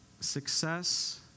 success